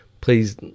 please